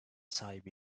sahibi